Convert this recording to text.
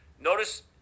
Notice